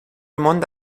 monde